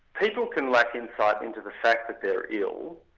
people can lack insight into the fact that they're ill,